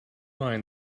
mind